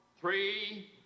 Three